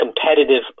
competitive